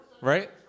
right